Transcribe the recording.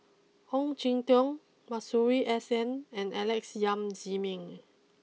Ong Jin Teong Masuri S N and Alex Yam Ziming